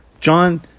John